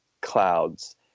clouds